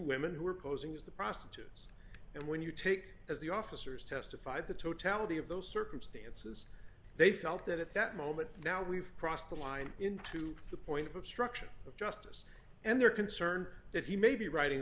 women who are posing as the prostitutes and when you take as the officers testified the totality of those circumstances they felt that at that moment now we've crossed the line into the point of obstruction of justice and they're concerned that he may be writing